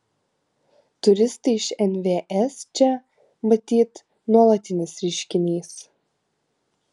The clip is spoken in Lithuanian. turistai iš nvs čia matyt nuolatinis reiškinys